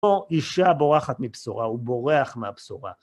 או אישה בורחת מבשורה, הוא בורח מהבשורה.